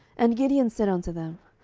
and gideon said unto them,